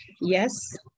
yes